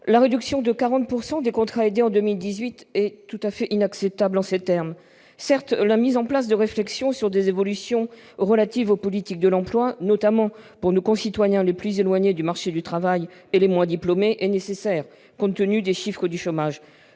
La réduction de 40 % des emplois aidés en 2018 est inacceptable en ces termes. Certes, la mise en place de réflexions sur des évolutions relatives aux politiques de l'emploi, notamment pour nos concitoyens les plus éloignés du marché du travail et les moins diplômés, est nécessaire compte tenu des chiffres du chômage.